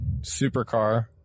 supercar